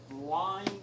line